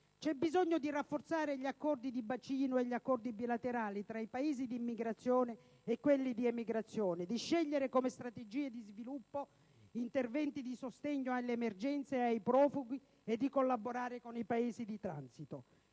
c'è bisogno di rafforzare gli accordi di bacino e gli accordi bilaterali tra i Paesi di immigrazione e quelli di emigrazione, di scegliere come strategie di sviluppo interventi di sostegno alle emergenze e ai profughi e di collaborare con i Paesi di transito.